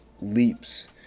leaps